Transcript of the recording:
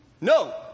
No